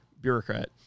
bureaucrat